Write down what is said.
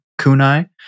Kunai